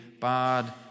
bad